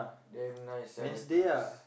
damn nice sia the things